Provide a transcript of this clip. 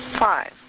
Five